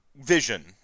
vision